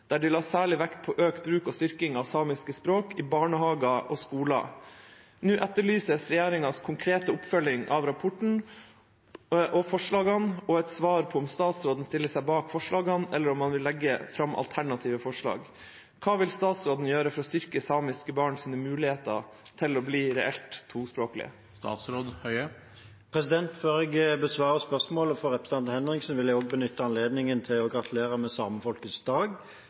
der de la særlig vekt på økt bruk og styrking av samiske språk i barnehager og skoler. Nå etterlyses regjeringens konkrete oppfølging av rapporten og forslagene og et svar på om statsråden stiller seg bak forslagene, eller om han vil legge fram alternative forslag. Hva vil statsråden gjøre for å styrke samiske barns muligheter til å bli reelt tospråklige?» Før jeg besvarer spørsmålet fra representanten Henriksen, vil jeg også benytte anledningen til å gratulere med Samefolkets dag,